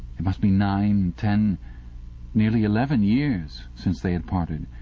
it must be nine, ten nearly eleven years since they had parted.